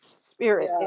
spirit